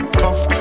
tough